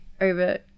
over